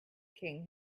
king